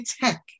Tech